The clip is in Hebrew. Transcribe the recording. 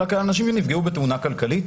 אלא כאנשים שנפגעו בתאונה כלכלית.